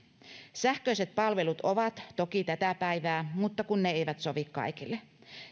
sähköiset palvelut ovat toki tätä päivää mutta kun ne eivät sovi kaikille